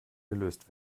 gelöst